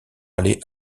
aller